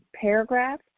paragraph